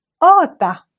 Ota